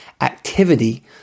Activity